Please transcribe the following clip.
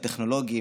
הטכנולוגי,